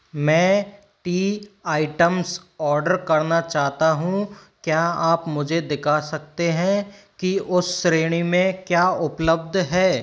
मैं tea items order करना चाहता हूँ क्या आप मुझे दिखा सकते हैं कि उस श्रेणी में क्या उपलब्ध है